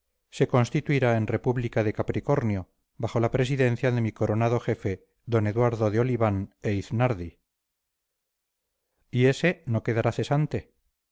se constituirá en república de capricornio bajo la presidencia de mi coronado jefe d eduardo de oliván e iznardi y ese no quedará cesante